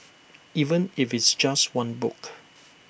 even if it's just one book